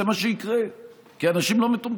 זה מה שיקרה, כי אנשים לא מטומטמים.